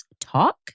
talk